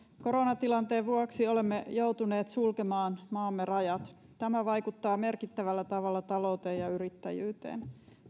koronatilanteen vuoksi olemme joutuneet sulkemaan maamme rajat tämä vaikuttaa merkittävällä tavalla talouteen ja yrittäjyyteen